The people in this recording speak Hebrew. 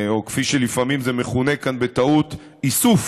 או כפי שלפעמים זה מכונה כאן בטעות: איסוף